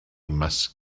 maß